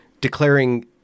declaring –